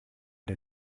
der